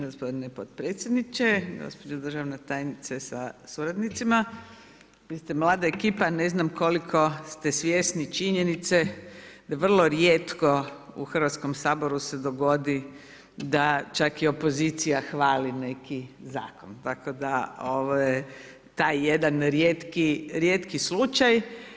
Gospodine potpredsjedniče, gospođo državna tajnice sa suradnicima, vi ste mlada ekipa, ne znam koliko ste svjesni činjenice, da vrlo rijetko u Hrvatskom saboru se dogodi, da čak i opozicija hvali neki zakon, tako da ovo je taj jedan rijetki slučaj.